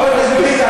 חבר הכנסת ביטן,